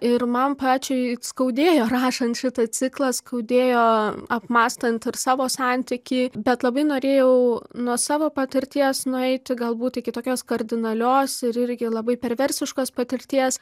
ir man pačiai skaudėjo rašant šitą ciklą skaudėjo apmąstant ir savo santykį bet labai norėjau nuo savo patirties nueiti galbūt iki tokios kardinalios ir irgi labai perversiškos patirties